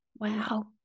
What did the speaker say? wow